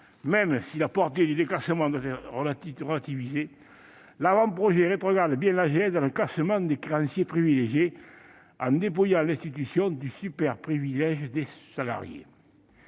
Même si la portée du déclassement doit être relativisée, l'avant-projet rétrograde bien l'AGS dans le classement des créanciers privilégiés, en dépouillant l'institution du superprivilège des salariés.